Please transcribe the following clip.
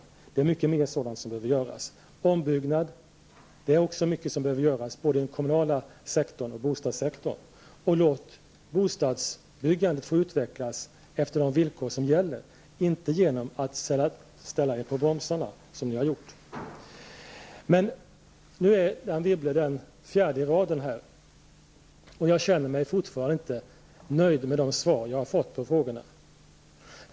Det finns mycket mer sådant som behöver göras, exempelvis ombyggnad på den kommunala sektorn och bostadssektorn. Låt bostadsbyggandet få utvecklas efter de villkor som nu gäller, och ställ er inte på bromsarna, vilket ni har gjort. Anne Wibble är här i debatten den fjärde talaren i rad som företräder regeringskoalitionen, och jag känner mig fortfarande inte nöjd med de svar jag har fått på frågorna.